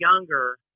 younger